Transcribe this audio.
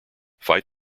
fight